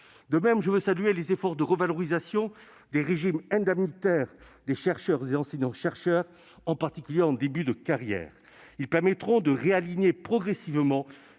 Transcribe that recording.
De même, je veux saluer les efforts de revalorisation des régimes indemnitaires des chercheurs et enseignants-chercheurs, en particulier en début de carrière. Ils permettront de réaligner progressivement